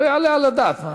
לא יעלה על הדעת.